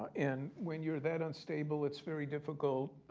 and when you're that unstable it's very difficult